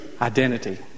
identity